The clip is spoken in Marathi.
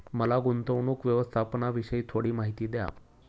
मला गुंतवणूक व्यवस्थापनाविषयी थोडी माहिती द्या